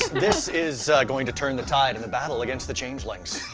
this is going to turn the tide in the battle against the changelings.